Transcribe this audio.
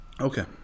Okay